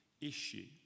issue